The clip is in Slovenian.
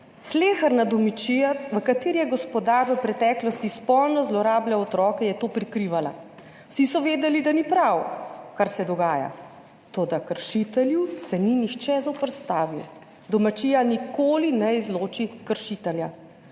sleherna domačija v kateri je gospodar v preteklosti spolno zlorabljal otroke, je to prikrivala. Vsi so vedeli, da ni prav, kar se dogaja, toda kršitelju se ni nihče zoperstavil. Domačija nikoli ne izloči kršitelja,